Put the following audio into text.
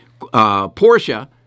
Porsche